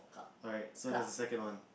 alright so there's a second one